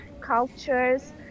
cultures